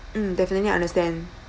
mm definitely understand